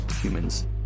humans